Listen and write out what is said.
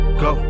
go